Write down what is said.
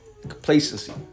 Complacency